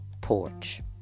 porch